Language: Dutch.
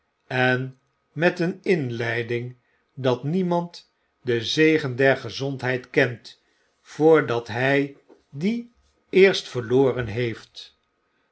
en met een inleiding dat niemand den zegen der gezondheid kent voordat hg die eerst verloren heeft